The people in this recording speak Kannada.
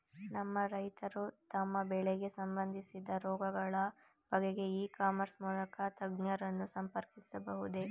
ನಮ್ಮ ರೈತರು ತಮ್ಮ ಬೆಳೆಗೆ ಸಂಬಂದಿಸಿದ ರೋಗಗಳ ಬಗೆಗೆ ಇ ಕಾಮರ್ಸ್ ಮೂಲಕ ತಜ್ಞರನ್ನು ಸಂಪರ್ಕಿಸಬಹುದೇ?